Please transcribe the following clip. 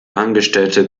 angestellte